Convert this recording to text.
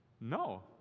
no